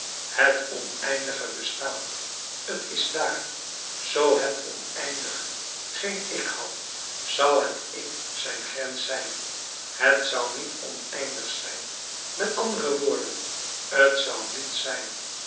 het oneindige bestaat t is daar zoo het oneindige geen ik had zou het ik zijn grens zijn het zou niet oneindig zijn met andere woorden t zou niet zijn